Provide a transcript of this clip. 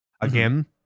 again